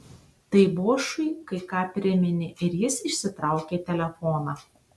tai bošui kai ką priminė ir jis išsitraukė telefoną